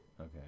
Okay